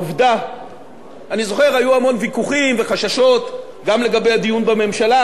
אני זוכר שהיו המון ויכוחים וחששות לגבי הדיון בממשלה,